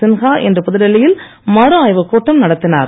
சின்ஹா இன்று புதுடெல்லியில் மறுஆய்வு கூட்டம் நடத்தினார்